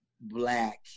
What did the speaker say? black